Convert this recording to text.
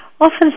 often